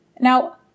Now